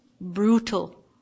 brutal